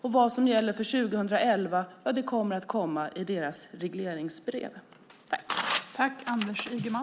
Vad som ska gälla för 2011 kommer att framgå av regleringsbrevet.